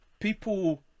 people